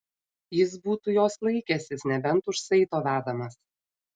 jis būtų jos laikęsis nebent už saito vedamas